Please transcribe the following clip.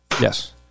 Yes